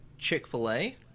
Chick-fil-A